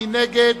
מי נגד?